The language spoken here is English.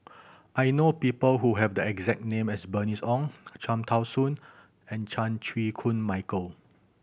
I know people who have the exact name as Bernice Ong Cham Tao Soon and Chan Chew Koon Michael